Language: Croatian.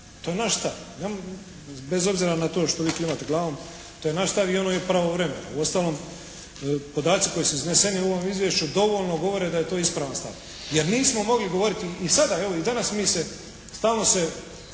To je naš stav, bez obzira na to što vi klimate glavom i ono je pravovremeno. Uostalom, podaci koji su izneseni u ovom izvješću dovoljno govore da je to ispravan stav jer nismo govorili i sada, evo i danas mi se stalno